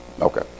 Okay